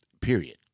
period